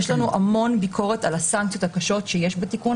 יש לנו המון ביקורת על הסנקציות הקשות שיש בתיקון